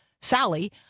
Sally